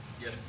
Yes